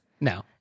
No